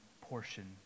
portion